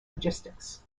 logistics